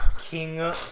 King